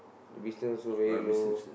business also very low